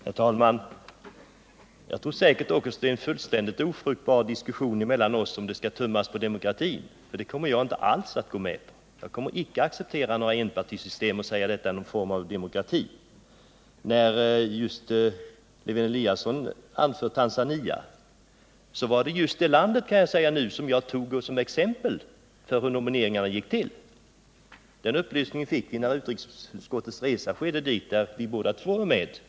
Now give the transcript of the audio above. Herr talman! Jag tror också att det blir en fullständigt ofruktbar diskussion mellan oss om Anna Lisa Lewén-Eliasson vill tumma på demokratin, för det kommer jag inte alls att gå med på att man gör. Jag kommer icke att acceptera några enpartisystem och säga att de är en form av demokrati. Anna Lisa Lewén-Eliasson nämner Tanzania, och det var just det land jag tog som exempel på hur nomineringar går till. Upplysning om detta fick vi under utrikesutskottets resa dit, när vi båda var med.